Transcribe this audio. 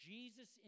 Jesus